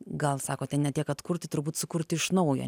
gal sakote ne tiek atkurti turbūt sukurti iš naujo